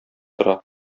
тора